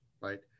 right